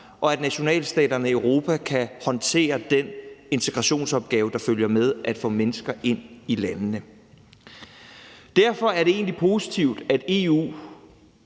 og at nationalstaterne i Europa kan håndtere den integrationsopgave, der følger med at få mennesker ind i landene. Derfor er det egentlig positivt, at EU